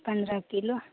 पन्द्रह किलो